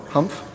Humph